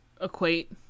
equate